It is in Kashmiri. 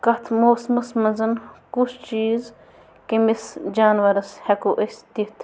کَتھ موسمَس منٛز کُس چیٖز کٔمِس جانوَرَس ہٮ۪کَو أسۍ دِتھ